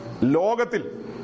Logatil